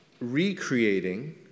recreating